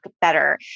better